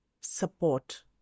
support